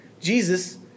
Jesus